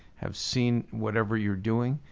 have seen whatever you're doing.